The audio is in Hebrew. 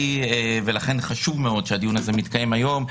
ולכן חשוב מאוד שהדיון הזה מתקיים היום,